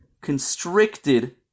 constricted